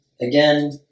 again